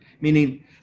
Meaning